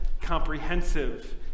comprehensive